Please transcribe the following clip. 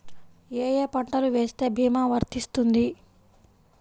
ఏ ఏ పంటలు వేస్తే భీమా వర్తిస్తుంది?